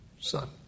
Son